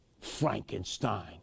Frankenstein